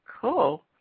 Cool